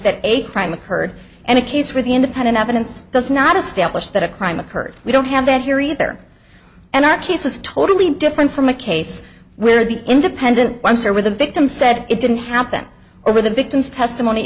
that eight crime occurred and a case where the independent evidence does not establish that a crime occurred we don't have that here either and our case is totally different from a case where the independent i'm sorry the victim said it didn't happen or the victim's testimony